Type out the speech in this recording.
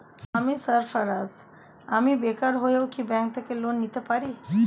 আমি সার্ফারাজ, আমি বেকার হয়েও কি ব্যঙ্ক থেকে লোন নিতে পারি?